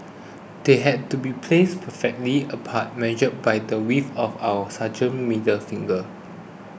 they had to be placed perfectly apart measured by the width of our sergeants middle finger